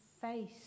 face